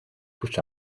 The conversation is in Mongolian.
хүч